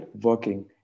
working